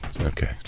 okay